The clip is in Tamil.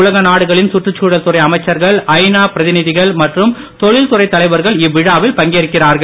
உலக நாடுகளின் சுற்றுச்சூழல் துறை அமைச்சர்கள் ஐநா பிரதிநிதிகள் மற்றும் தொழில்துறை தலைவர்கள் இவ்விழாவில் பங்கேற்கிறார்கள்